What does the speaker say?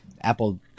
apple